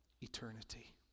eternity